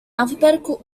alphabetical